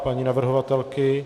Paní navrhovatelka?